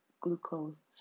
glucose